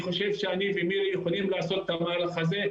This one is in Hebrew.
אני ומירי יכולים לעשות את המהלך הזה.